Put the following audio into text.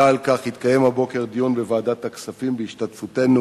הבוקר התקיים דיון על כך בוועדת הכספים בהשתתפותנו.